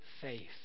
faith